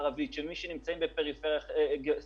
הערבית או אלה שנמצאים בפריפריה החברתית,